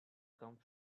come